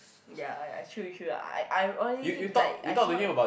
ya ya true true lah I I'm only if like I cannot